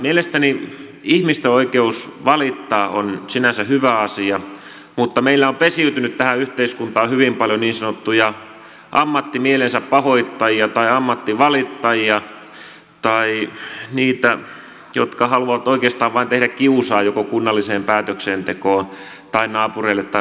mielestäni ihmisten oikeus valittaa on sinänsä hyvä asia mutta meillä on pesiytynyt tähän yhteiskuntaan hyvin paljon niin sanottuja ammattimielensäpahoittajia tai ammattivalittajia tai niitä jotka haluavat oikeastaan vain tehdä kiusaa joko kunnalliseen päätöksentekoon tai naapureille tai vastaaville